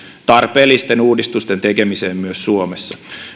tarpeellisten uudistusten tekemiseen myös suomessa